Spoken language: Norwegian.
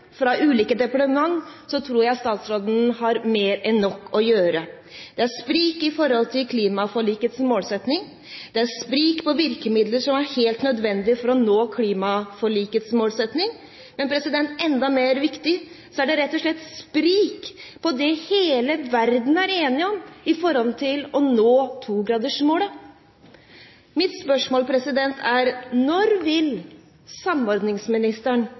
fra regjeringen, fra ulike departementer, tror jeg statsråden har mer enn nok å gjøre. Det er sprik i klimaforlikets målsetting, og det er sprik når det gjelder virkemidler som er helt nødvendige for å nå klimaforlikets målsetting. Men enda mer viktig: Det er rett og slett sprik i det hele verden er enig om, nemlig det å nå 2-gradersmålet. Mitt spørsmål er: Når vil samordningsministeren